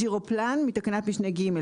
ג'ירופלן מתקנת משנה ג'.